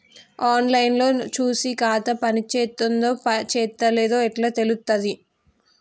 On line లో చూసి ఖాతా పనిచేత్తందో చేత్తలేదో ఎట్లా తెలుత్తది?